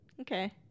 Okay